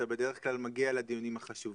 אתה בדרך כלל מגיע לדיונים החשובים.